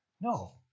No